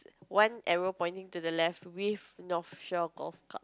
one arrow pointing to the left with North Shore Golf Club